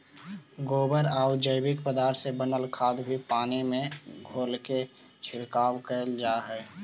गोबरआउ जैविक पदार्थ से बनल खाद भी पानी में घोलके छिड़काव कैल जा हई